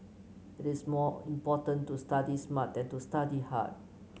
it is more important to study smart than to study hard